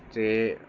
ਅਤੇ